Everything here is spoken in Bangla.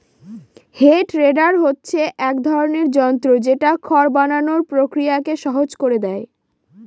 হে টেডার হচ্ছে এক ধরনের যন্ত্র যেটা খড় বানানোর প্রক্রিয়াকে সহজ করে দেয়